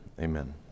Amen